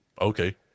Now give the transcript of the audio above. Okay